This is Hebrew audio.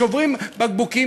שוברים בקבוקים,